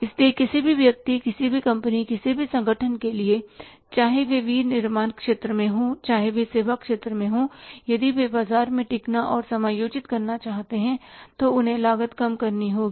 इसलिए किसी भी व्यक्ति किसी भी कंपनी किसी भी संगठन के लिए चाहे वे विनिर्माण क्षेत्र में हों या चाहे वे सेवा क्षेत्र में हों यदि वे बाजार में टिकना और समायोजित करना चाहते हैं तो उन्हें लागत कम करनी होगी